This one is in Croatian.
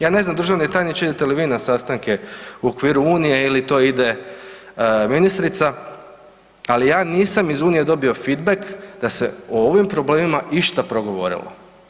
Ja ne znam državni tajniče idete li vi na sastanka u okviru unije ili to ide ministrica, ali ja nisam iz unije dobio feedback da se o ovim problemima išta progovorilo.